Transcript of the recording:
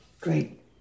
Great